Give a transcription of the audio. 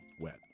wet